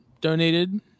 donated